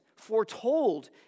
foretold